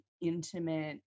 intimate